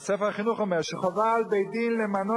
ספר החינוך אומר שחובה על בית-דין למנות